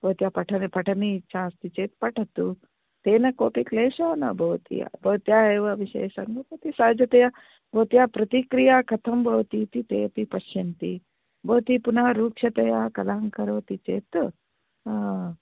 भवत्याः पठन पठने इच्छा अस्ति चेत् पठतु तेन कोऽपि क्लेषः न भवति भवत्या एव विषये सम्यक् सहजतया भवत्याः प्रतिक्रिया कथं भवति इति ते अपि पश्यन्ति भवती पुनः रुक्षतया कलहं करोति चेत्